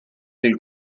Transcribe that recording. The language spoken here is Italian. del